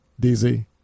DZ